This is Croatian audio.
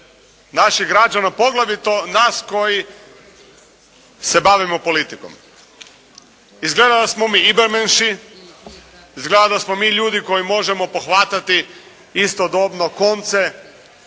naših građana, poglavito nas koji se bavimo politikom. Izgleda da smo mi ibermenši, izgleda da smo mi ljudi koji možemo pohvatati istodobno konce